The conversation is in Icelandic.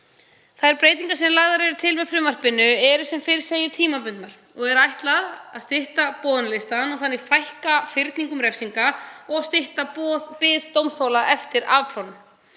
Þær breytingar sem lagðar eru til með frumvarpinu eru sem fyrr segir tímabundnar og er ætlað að stytta boðunarlista og fækka þannig að fyrningum refsinga og stytta bið dómþola eftir afplánun.